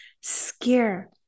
scare